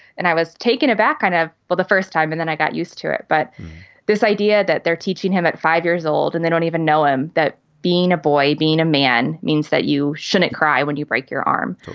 and i was taken aback. kind of well, the first time and then i got used to it. but this idea that they're teaching him at five years old and they don't even know him, that being a boy, being a man means that you shouldn't cry when you break your arm.